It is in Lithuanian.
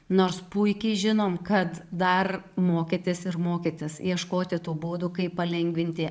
nors puikiai žinom kad dar mokytis ir mokytis ieškoti tų būdų kaip palengvinti